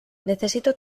necesito